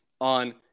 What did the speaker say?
on